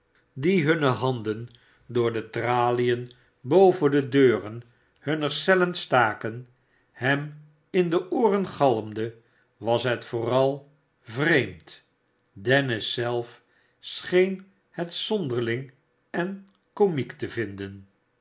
die hunne handen door de tralien boven de deuren hunner cellen staken hem in de ooren galmde was het yooral vreemd dennis self scheen het zonderling en komiek te vinden